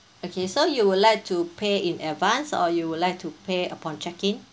okay so you would like to pay in advance or you would like to pay upon check in